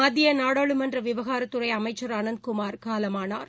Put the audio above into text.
மத்திய நாடாளுமன்ற விவகாரத்துறை அமைச்சர் அனந்த்குமார் காலமானார்